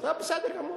בסדר גמור.